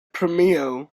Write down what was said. premio